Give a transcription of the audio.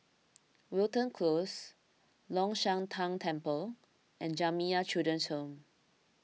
Wilton Close Long Shan Tang Temple and Jamiyah Children's Home